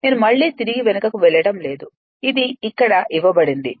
నేను మళ్ళీ తిరిగి వెనుకకు వెళ్ళడం లేదు ఇది ఇక్కడ ఇవ్వబడింది